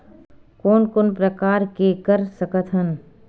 कोन कोन प्रकार के कर सकथ हन?